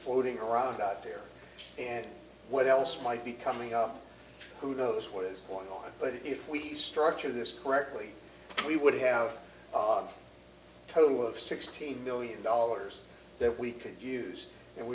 floating around out there and what else might be coming up who knows what is going on but if we structure this correctly we would have a total of sixteen million dollars that we could use and